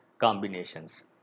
combinations